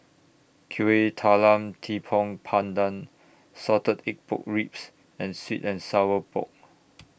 Kuih Talam Tepong Pandan Salted Egg Pork Ribs and Sweet and Sour Pork